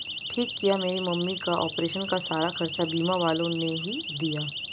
ठीक किया मेरी मम्मी का ऑपरेशन का सारा खर्चा बीमा वालों ने ही दिया